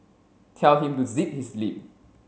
tell him to zip his lip